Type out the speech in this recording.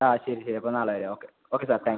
ആ ശരി ശരി അപ്പോൾ നാളെ വരാം okay okay sir thank U